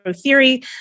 Theory